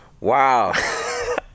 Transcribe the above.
Wow